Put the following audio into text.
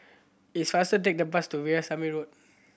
it's faster take the bus to Veerasamy Road